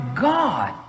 God